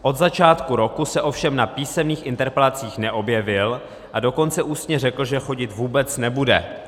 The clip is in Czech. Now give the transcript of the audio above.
Od začátku roku se ovšem na písemných interpelacích neobjevil, a dokonce ústně řekl, že chodit vůbec nebude.